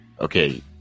Okay